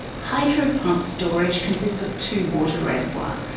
hydropump storage consists of two water reservoirs,